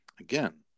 Again